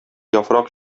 яфрак